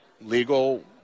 legal